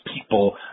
people